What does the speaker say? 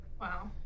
Wow